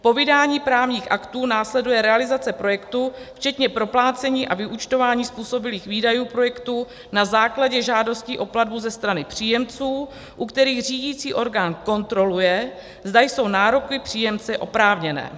Po vydání právních aktů následuje realizace projektu, včetně proplácení a vyúčtování způsobilých výdajů projektů na základě žádostí o platbu ze strany příjemců, u kterých řídicí orgán kontroluje, zda jsou nároky příjemce oprávněné.